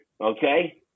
Okay